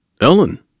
Ellen